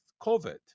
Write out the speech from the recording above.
COVID